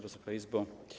Wysoka Izbo!